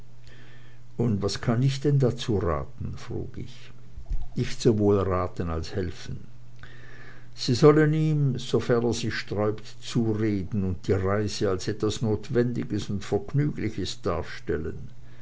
und was kann ich denn dazu raten frug ich nicht sowohl raten als helfen sie sollen ihm sofern er sich sträubt zureden und die reise als etwas notwendiges und vergnügliches darstellen